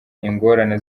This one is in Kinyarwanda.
ingorane